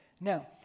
Now